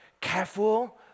Careful